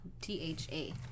T-H-A